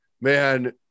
man